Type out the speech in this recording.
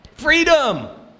Freedom